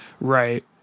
right